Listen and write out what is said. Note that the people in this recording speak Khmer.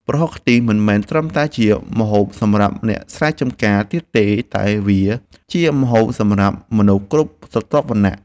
ប្រហុកខ្ទិះមិនមែនត្រឹមតែជាម្ហូបសម្រាប់អ្នកស្រែចម្ការទៀតទេតែវាជាម្ហូបសម្រាប់មនុស្សគ្រប់ស្រទាប់វណ្ណៈ។